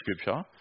Scripture